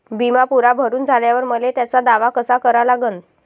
बिमा पुरा भरून झाल्यावर मले त्याचा दावा कसा करा लागन?